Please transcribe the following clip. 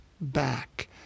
back